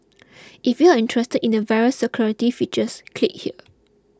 if you're interested in the various security features click here